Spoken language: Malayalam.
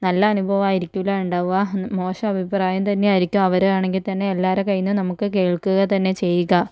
നല്ല അനുഭവായിരിക്കില്ല ഉണ്ടാവുക മോശം അഭിപ്രായം തന്നെയായിരിക്കും അവരാണെങ്കിൽത്തന്നെ എല്ലാര കയ്യിൽ നിന്നും നമുക്ക് കേൾക്കുക തന്നെ ചെയ്യുക